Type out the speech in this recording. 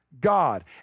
God